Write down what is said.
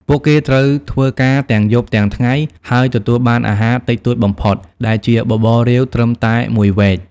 ពួកគេត្រូវធ្វើការទាំងយប់ទាំងថ្ងៃ ហើយទទួលបានអាហារតិចតួចបំផុតដែលជាបបររាវត្រឹមតែ១វែក។